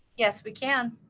yes, we can.